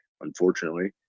Unfortunately